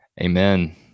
Amen